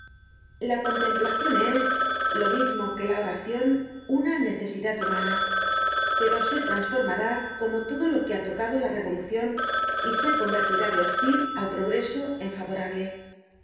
la contemplacion es lo mismo que la oracion una necesidad humana pero se trasformará como todo lo que ha tocado la revolucion y se convertirá de hostil al progreso en favorable